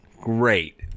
Great